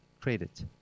credit